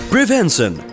Prevention